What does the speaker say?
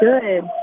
good